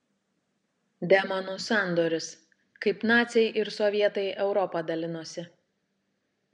demonų sandoris kaip naciai ir sovietai europą dalinosi